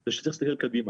זה פשוט להסתכל קדימה.